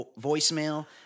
voicemail